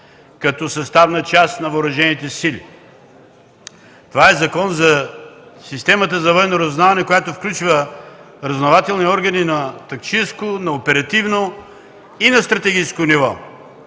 като съставна част на въоръжените сили. Това е закон за системата за военно разузнаване, която включва разузнавателни органи на тактическо, на оперативно и на стратегическо ниво.